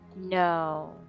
No